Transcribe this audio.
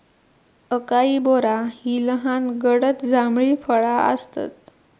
acai बोरा ही लहान गडद जांभळी फळा आसतत